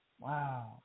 Wow